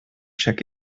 check